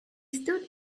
stood